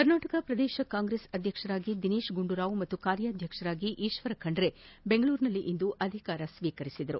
ಕರ್ನಾಟಕ ಪ್ರದೇಶ ಕಾಂಗ್ರೆಸ್ ಅಧ್ಯಕ್ಷರಾಗಿ ದಿನೇಶ್ ಗುಂಡೂರಾವ್ ಹಾಗೂ ಕಾರ್ಯಾಧ್ಯಕ್ಷರಾಗಿ ಈತ್ವರ ಖಂಡ್ರೆ ಬೆಂಗಳೂರಿನಲ್ಲಿಂದು ಅಧಿಕಾರ ಸ್ನೀಕರಿಸಿದರು